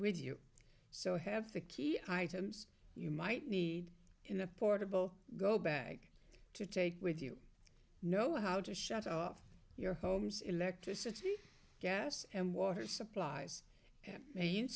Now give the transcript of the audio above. with you so have the key items you might need in a portable go bag to take with you know how to shut off your home's electricity gas and water supplies